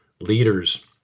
leaders